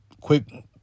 quick